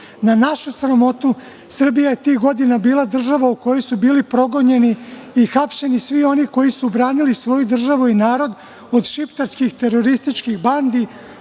našu sramotu, Srbija je tih godina bila država u kojoj su bili progonjeni i hapšeni svi oni koji su branili svoju državu i narod od šiptarskih terorističkih bandi,